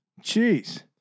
Jeez